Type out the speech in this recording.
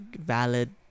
valid